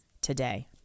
today